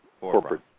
corporate